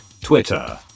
Twitter